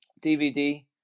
DVD